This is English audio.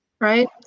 right